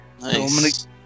Nice